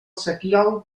sequiol